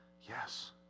yes